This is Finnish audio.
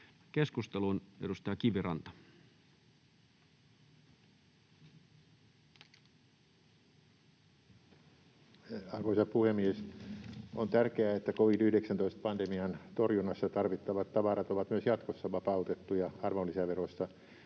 Time: 14:50 Content: Arvoisa puhemies! On tärkeää, että covid-19-pandemian torjunnassa tarvittavat tavarat ovat myös jatkossa vapautettuja arvonlisäverosta.